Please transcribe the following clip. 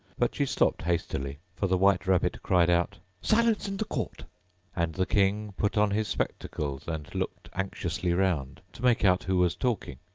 but she stopped hastily, for the white rabbit cried out, silence in the court and the king put on his spectacles and looked anxiously round, to make out who was talking.